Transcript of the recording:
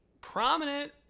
Prominent